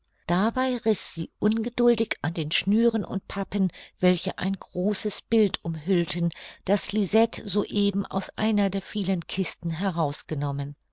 dabei riß sie ungeduldig an den schnüren und pappen welche ein großes bild umhüllten das lisette so eben aus einer der vielen kisten heraus